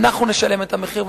אנחנו נשלם את המחיר,